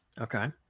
Okay